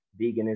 veganism